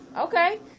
Okay